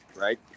right